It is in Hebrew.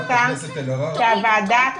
חברת הכנסת אלהרר --- אני ממש מבקשת,